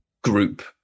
group